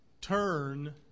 turn